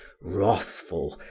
wrathful,